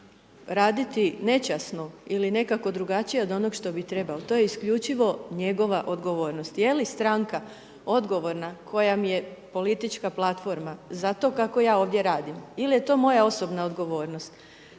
raditi nečasno ili nekako drugačije od onog što bi trebao, to je isključivo njegova odgovornost, je li stranka odgovorna .../Govornik se ne razumije./... je politička platforma za to kako ja ovdje radim, il' je to moja osobna odgovornost?